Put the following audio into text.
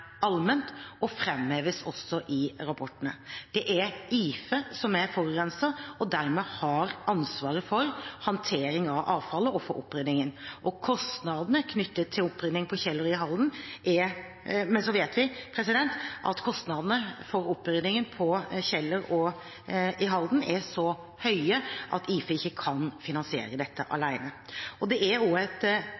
allment, og framheves også i rapportene. Det er IFE som er forurenser, og dermed har ansvaret for håndtering av avfallet og for opprydningen. Men så vet vi at kostnadene for opprydningen på Kjeller og i Halden er så høye at IFE ikke kan finansiere dette